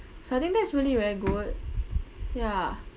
so I think that's really very good ya